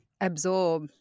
absorb